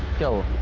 go